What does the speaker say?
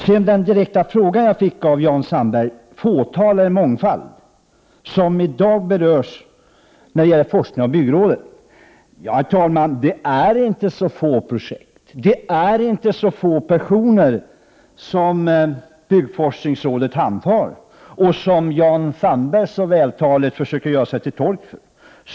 Sedan till den konkreta fråga jag fick av Jan Sandberg om det i dag är ett fåtal eller en mångfald som berörs av byggrådets forskning. Det är inte så få projekt som byggforskningsrådet i dag handhar och inte så få människor som berörs, vilket Jan Sandberg här så vältaligt gör sig till tolk för.